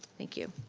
thank you.